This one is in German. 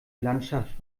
landschaft